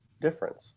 difference